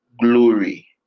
glory